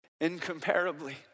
incomparably